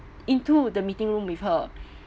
into the meeting room with her